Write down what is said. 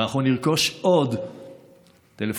ואנחנו נרכוש עוד טלפונים,